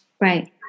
right